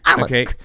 Okay